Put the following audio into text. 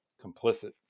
complicit